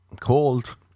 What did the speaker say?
Cold